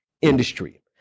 industry